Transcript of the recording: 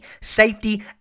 Safety